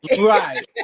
right